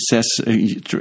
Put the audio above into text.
says